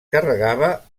carregava